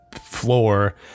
floor